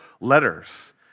letters